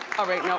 alright, nope,